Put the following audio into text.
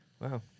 Wow